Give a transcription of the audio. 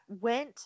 went